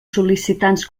sol·licitants